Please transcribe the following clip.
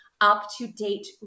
up-to-date